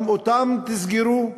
גם אותם תסגרו?